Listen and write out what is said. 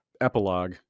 epilogue